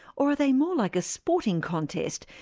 or are they more like a sporting contest,